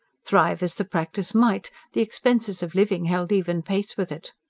thrive as the practice might, the expenses of living held even pace with it.